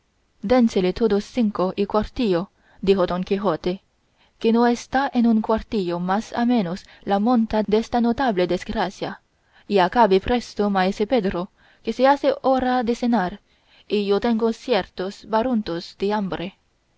reales dénsele todos cinco y cuartillo dijo don quijote que no está en un cuartillo más a menos la monta desta notable desgracia y acabe presto maese pedro que se hace hora de cenar y yo tengo ciertos barruntos de hambre